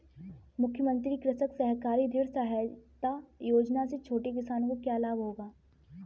मुख्यमंत्री कृषक सहकारी ऋण सहायता योजना से छोटे किसानों को क्या लाभ होगा?